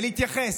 ולהתייחס.